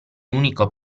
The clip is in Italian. unico